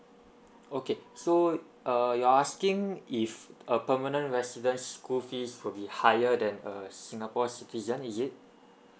okay so uh you're asking if a permanent resident school fees will be higher than uh singapore citizen is it